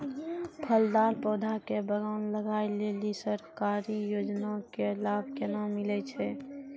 फलदार पौधा के बगान लगाय लेली सरकारी योजना के लाभ केना मिलै छै?